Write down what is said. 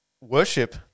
Worship